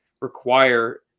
require